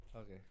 Okay